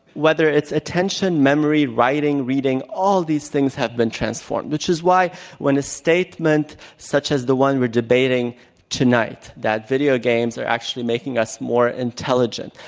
whether it's attention, memory, writing, reading, all these things had been transformed. which is why when a statement such as the one we're debating tonight, that video games are actually making us more intelligent.